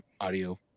audio